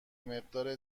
مقدار